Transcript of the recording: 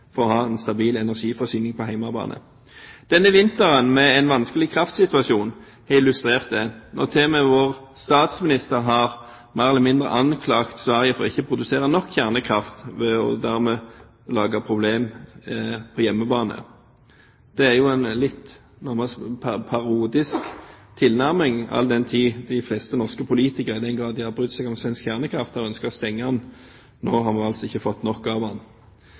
for å ha en stabil energiforsyning på hjemmebane. Denne vinteren, med en vanskelig kraftsituasjon, har illustrert det, når til og med vår statsminister mer eller mindre har anklaget Sverige for ikke å produsere nok kjernekraft, og dermed laget problemer på hjemmebane. Det er jo nærmest en litt parodisk tilnærming all den tid de fleste norske politikere, i den grad de har brydd seg om svensk kjernekraft, har ønsket å stenge reaktorene. Nå har vi altså ikke fått nok av